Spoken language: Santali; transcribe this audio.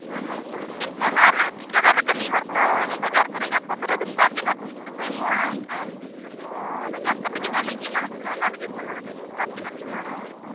ᱮᱱᱠᱷᱟᱱ ᱴᱷᱤᱠᱟᱹᱫᱟᱨ ᱨᱮᱱ ᱠᱟᱹᱢᱤ ᱦᱚᱲ ᱛᱚ ᱵᱟᱡᱟᱨ ᱠᱚᱨᱮ ᱯᱚᱱᱨᱚ ᱫᱤᱱ ᱵᱟᱫᱽ ᱜᱮ ᱦᱟᱸᱜ ᱯᱩᱭᱥᱟᱹ ᱠᱚ ᱮᱢᱚᱜᱼᱟ ᱮᱱᱠᱷᱟᱱ ᱚᱱᱮ ᱯᱩᱭᱥᱟᱹ ᱠᱚ ᱧᱟᱢ ᱠᱟᱛᱮᱫ ᱜᱮ ᱦᱟᱸᱜ ᱞᱤᱧ ᱮᱢᱟ ᱵᱤᱱᱟ ᱚᱱᱟ ᱞᱟᱹᱜᱤᱫ ᱯᱚᱱᱨᱚ ᱫᱤᱱ ᱵᱟᱫᱽ ᱜᱮ ᱦᱟᱸᱜ ᱮᱢᱟ ᱵᱤᱱᱟ